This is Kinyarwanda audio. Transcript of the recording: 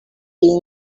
iyi